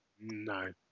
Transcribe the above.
No